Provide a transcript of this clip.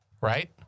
Right